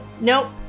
Nope